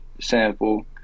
sample